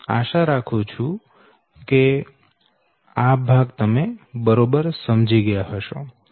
હું આશા રાખું છું કે આ ભાગ તમે બરોબર સમજી શકશો